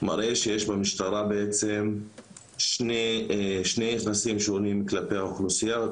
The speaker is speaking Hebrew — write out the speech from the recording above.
מראה שיש במשטרה בעצם שתי צורות יחס שונות כלפי האוכלוסייה.